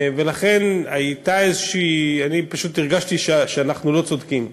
לכן, אני פשוט הרגשתי שאנחנו לא צודקים,